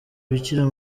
bikira